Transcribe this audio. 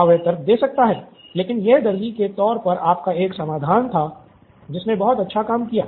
हाँ वह तर्क दे सकता है लेकिन यह दर्जी के तौर पर आपका एक समाधान था जिसने बहुत अच्छा काम किया